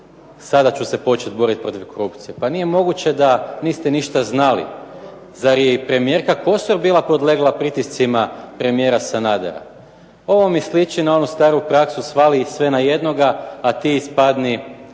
sada ću se početi boriti protiv korupcije. Pa nije moguće da niste ništa znali. Zar je i premijerka Kosor bila podlegla pritiscima premijera Sanadera. Ovo mi sliči na onu staru praksu svali sve na jednoga, a ti ispadni